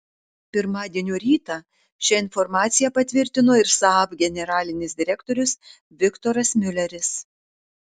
pirmadienio rytą šią informaciją patvirtino ir saab generalinis direktorius viktoras miuleris